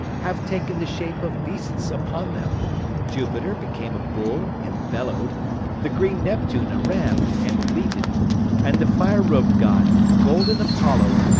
have taken the shapes of beasts upon them jupiter became a bull and bellow'd the green neptune a ram and bleated and the fire-rob'd god, golden apollo,